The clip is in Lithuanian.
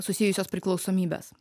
susijusios priklausomybės